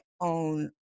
own